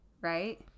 right